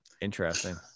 interesting